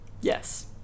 yes